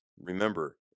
Remember